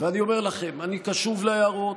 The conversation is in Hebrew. ואני אומר לכם: אני קשוב להערות,